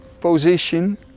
position